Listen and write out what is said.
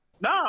No